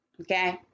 Okay